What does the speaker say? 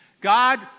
God